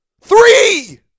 Three